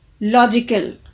logical